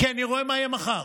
כי אני רואה מה יהיה מחר.